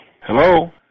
Hello